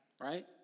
Right